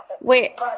Wait